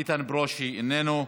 איתן ברושי, איננו,